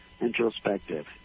introspective